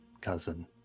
cousin